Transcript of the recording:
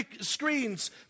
screens